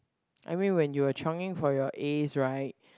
I mean when you were chionging for your As right